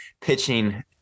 pitching